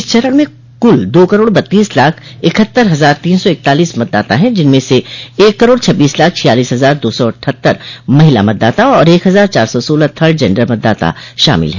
इस चरण में कुल दो करोड़ बत्तीस लाख इकहत्तर हजार तीन सौ इकतालीस मतदाता है जिनमें एक करोड़ छब्बीस लाख छियालीस हजार दो सौ अट ठहत्तर महिला मतदाता और एक हजार चार सौ सोलह थर्ड जेन्डर मतदाता शामिल हैं